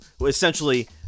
essentially